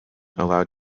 allowed